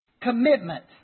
commitment